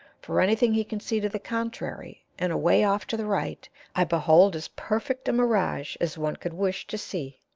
for anything he can see to the contrary, and away off to the right i behold as perfect a mirage as one could wish to see.